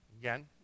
Again